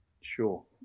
sure